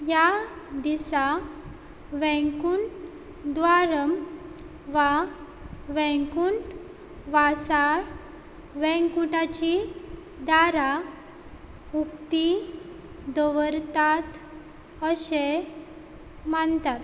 ह्या दिसा वेंकून द्वारम वा वेकूंट वासाळ वेंकुटाची दारां उक्तीं दवरतात अशें मानतात